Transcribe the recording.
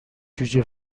جوجه